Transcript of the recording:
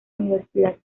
universidad